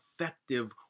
effective